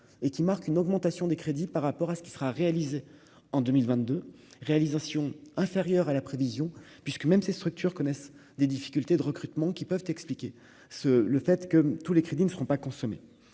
et qui marquent une augmentation des crédits par rapport à ce qui sera réalisé en 2022 réalisations inférieur à la prévision, puisque même ses structures connaissent des difficultés de recrutement qui peuvent expliquer ce le fait que tous les crédits ne seront pas consommés,